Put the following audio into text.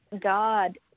God